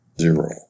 Zero